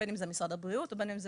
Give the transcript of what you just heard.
בין אם זה משרד הבריאות או בין אם זה